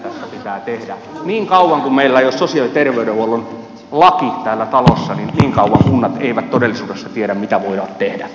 niin kauan kuin meillä ei ole sosiaali ja terveydenhuollon laki täällä talossa niin kauan kunnat eivät todellisuudessa tiedä mitä voivat tehdä